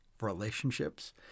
relationships